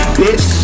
bitch